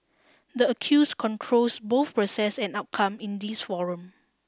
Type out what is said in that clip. the accused controls both process and outcome in this forum